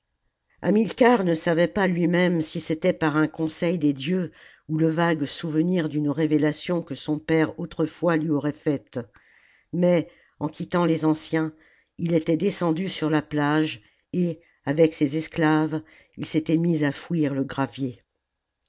hamilcar ne savait pas lui-même si c'était par un conseil des dieux ou le vague souvenir d'une révélation que son père autrefois lui aurait faite mais en quittant les anciens il était descendu sur la plage et avec ses esclaves il s'était mis à fouir le gravier